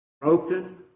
Broken